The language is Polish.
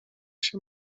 się